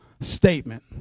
statement